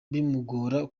bimugora